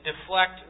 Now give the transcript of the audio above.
deflect